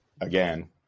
again